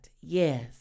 Yes